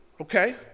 Okay